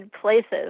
places